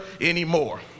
anymore